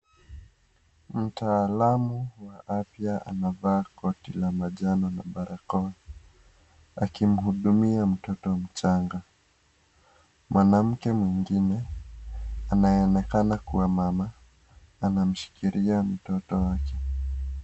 Mtaalamu wa afya anavaa koti la manjano na barakoa akimhudumia mtoto mchanga mwanamke mwingine anayeonekana kuwa mama anamshikilia mtoto wake.